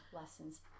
lessons